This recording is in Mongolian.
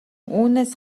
үүнээс